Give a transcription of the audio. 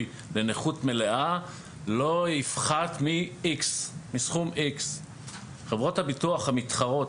לנכות מלאה לא יפחת מסכום X. חברות הביטוח המתחרות,